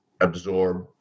absorb